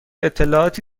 اطلاعاتی